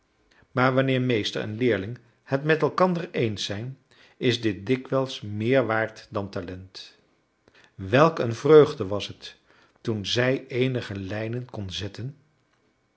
maar wanneer meester en leerling het met elkander eens zijn is dit dikwijls meer waard dan talent welk een vreugde was het toen zij eenige lijnen kon zetten